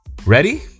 Ready